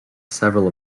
several